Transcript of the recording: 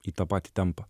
į tą patį tempą